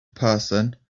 person